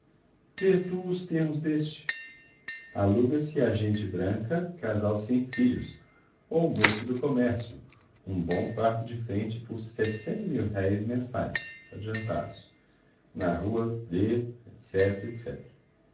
os termos deste aluga se a gente branca casal sem filhos ou moço do comércio um bom quarto de frente por mensais adiantados na rua